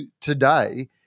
today –